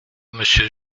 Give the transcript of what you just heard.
monsieur